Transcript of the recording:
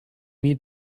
need